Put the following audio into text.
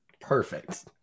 Perfect